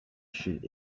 should